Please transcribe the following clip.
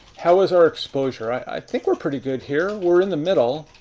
how is our exposure? i think we're pretty good here. we're in the middle.